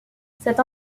cette